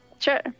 Sure